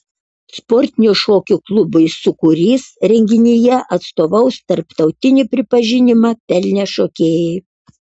sportinių šokių klubui sūkurys renginyje atstovaus tarptautinį pripažinimą pelnę šokėjai